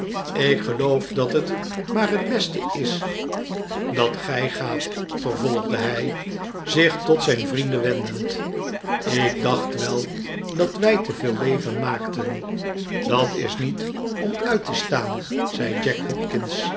ik geloof dat het maar het beste is dat gij gaat vervolgde hij zich tot zijn vrienden wendend ik dacht wel dat wij te veel leven maakten dat is niet om uit te staan zei jack hopkins